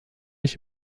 ich